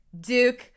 Duke